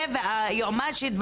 ויועמ"שית,